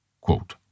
Quote